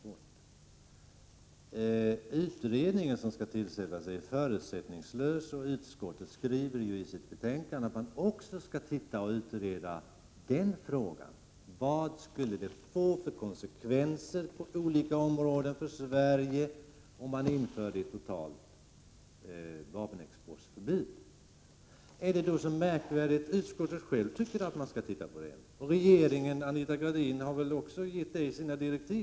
Den utredning som skall tillsättas är förutsättningslös, och utskottet skriver i sitt betänkande att den också skall utreda frågan om vilka konsekvenser det skulle få på olika områden för Sverige om totalt vapenexportförbud infördes. Är det så märkvärdigt, när utskottet självt tycker att man skall utreda detta. Anita Gradin har väl också gett Sture Ericson sina direktiv.